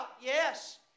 yes